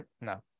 No